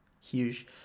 huge